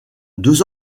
deux